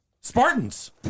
Spartans